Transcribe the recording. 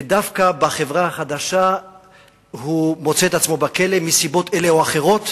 ודווקא בחברה החדשה הוא מוצא עצמו בכלא מסיבות אלה או אחרות.